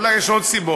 אולי יש עוד סיבות.